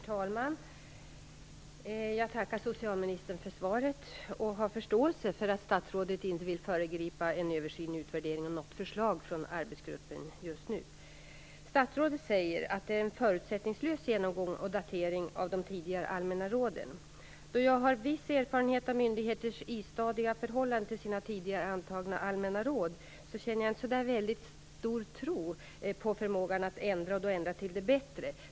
Herr talman! Jag tackar socialministern för svaret och har förståelse för att statsrådet inte vill föregripa en översyn och utvärdering av något förslag från arbetsgruppen just nu. Statsrådet säger att det är en förutsättningslös genomgång och uppdatering av de tidigare allmänna råden. Då jag har en viss erfarenhet av myndigheters istadiga förhållande till sina tidigare antagna allmänna råd, har jag inte så där väldigt stor tro på förmågan att ändra och ändra till det bättre.